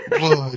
Blood